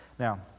Now